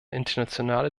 internationale